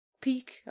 peak